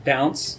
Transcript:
Bounce